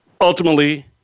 Ultimately